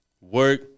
work